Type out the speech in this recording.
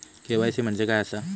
KYC म्हणजे काय आसा?